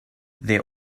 there